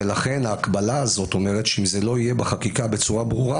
ולכן ההקבלה הזאת אומרת שאם זה לא יהיה בחקיקה בצורה ברורה